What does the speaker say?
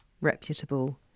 reputable